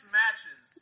matches